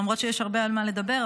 למרות שיש הרבה על מה לדבר.